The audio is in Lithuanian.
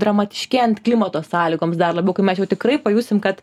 dramatiškėjant klimato sąlygoms dar labiau kai mes jau tikrai pajusim kad